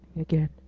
again